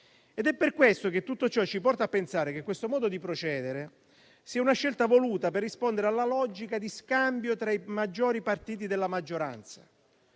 non arriveranno. Tutto ciò ci porta a pensare che questo modo di procedere sia una scelta voluta per rispondere alla logica di scambio tra i maggiori partiti della maggioranza,